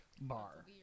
bar